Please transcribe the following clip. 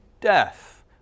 death